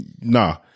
Nah